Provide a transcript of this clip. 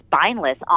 spineless